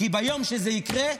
כי ביום שזה יקרה,